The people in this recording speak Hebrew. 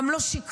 גם לא שיקפו.